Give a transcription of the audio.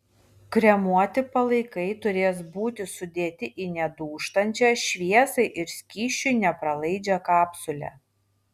kremuoti palaikai turės būti sudėti į nedūžtančią šviesai ir skysčiui nepralaidžią kapsulę